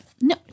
No